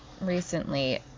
recently